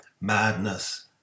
Madness